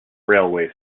railway